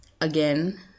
Again